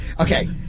Okay